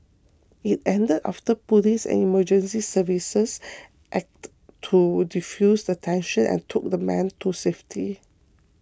it ended after police and emergency services acted to defuse the tension and took the man to safety